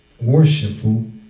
worshipful